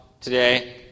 today